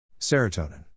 Serotonin